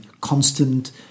constant